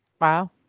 Wow